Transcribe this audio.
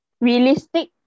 realistic